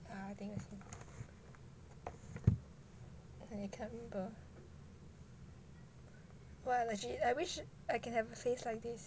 ah I think this one and I can't remember !wah! legit I wish I can have a face like this